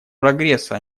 прогресса